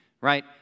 right